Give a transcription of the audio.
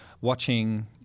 watching